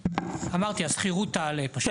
אמרתי, השכירות תעלה פשוט.